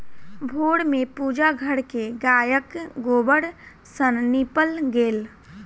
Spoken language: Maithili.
भोर में पूजा घर के गायक गोबर सॅ नीपल गेल